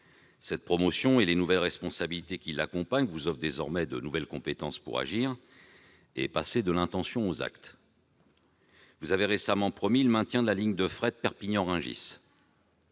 Cette promotion et les nouvelles responsabilités qui l'accompagnent vous offrent désormais de nouvelles compétences pour passer des intentions aux actes. Vous avez récemment promis que la ligne de fret Perpignan-Rungis